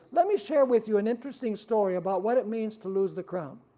let me share with you an interesting story about what it means to lose the crown.